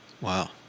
Wow